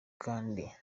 kandi